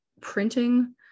printing